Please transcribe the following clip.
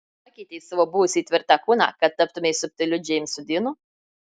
pakeitei savo buvusį tvirtą kūną kad taptumei subtiliu džeimsu dinu